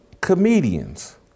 comedians